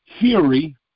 Theory